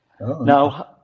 Now